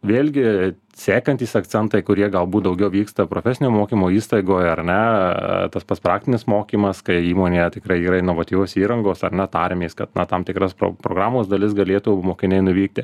vėlgi sekantys akcentai kurie galbūt daugiau vyksta profesinio mokymo įstaigoj ar ne tas tas praktinis mokymas kai įmonėje tikrai yra inovatyvios įrangos ar ne tariamės kad na tam tikras programos dalis galėtų mokiniai nuvykti